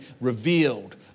revealed